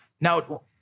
now